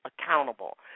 accountable